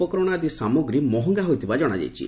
ଉପକରଣ ଆଦି ସାମଗ୍ରୀ ମହଙ୍ଗା ହୋଇଥିବା ଜଣାଯାଇଛି